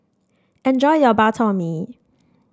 enjoy your Bak Chor Mee